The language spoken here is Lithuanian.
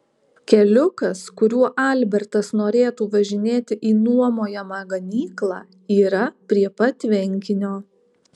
keliukas kuriuo albertas norėtų važinėti į nuomojamą ganyklą yra prie pat tvenkinio